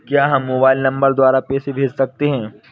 क्या हम mobile number द्वारा पैसे भेज सकते हैं?